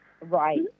right